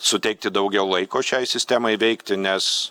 suteikti daugiau laiko šiai sistemai veikti nes